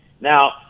Now